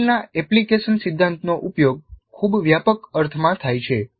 મેરિલના એપ્લિકેશન સિદ્ધાંતનો ઉપયોગ ખૂબ વ્યાપક અર્થમાં થાય છે